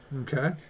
Okay